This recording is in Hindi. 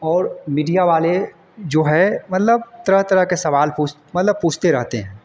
और मीडिया वाले जो है मतलब तरह तरह के सवाल पूछ मतलब पूछते रहते हैं